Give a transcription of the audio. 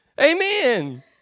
Amen